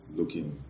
looking